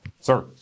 Sir